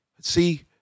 See